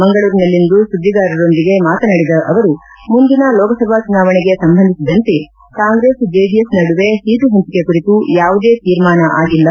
ಮಂಗಳೂರಿನಲ್ಲಿಂದು ಸುದ್ದಿಗಾರರೊಂದಿಗೆ ಮಾತನಾಡಿದ ಅವರು ಮುಂದಿನ ಲೋಕಸಭಾ ಚುನಾವಣೆಗೆ ಸಂಬಂಧಿಸಿದಂತೆ ಕಾಂಗ್ರೆಸ್ ಜೆಡಿಎಸ್ ನಡುವೆ ಸೀಟು ಹಂಚಿಕೆ ಕುರಿತು ಯಾವುದೇ ತೀರ್ಮಾನ ಆಗಿಲ್ಲ